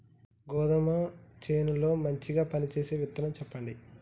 గోధుమ చేను లో మంచిగా పనిచేసే విత్తనం చెప్పండి?